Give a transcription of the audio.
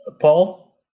Paul